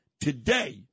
today